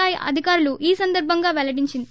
I అధికారులు ఈ సందర్బంగా పెల్లడించాయి